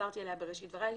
שחזרתי עליה בראשית דבריי,